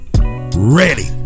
ready